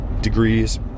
degrees